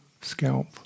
scalp